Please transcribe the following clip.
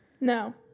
No